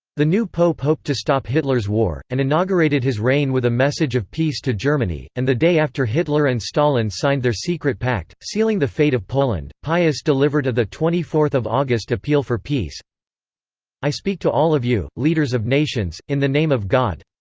the new pope hoped to stop hitler's war, and inaugurated his reign with a message of peace to germany, and the day after hitler and stalin signed their secret pact, sealing the fate of poland, pius delivered a twenty four august appeal for peace i speak to all of you, leaders of nations, in the name of god.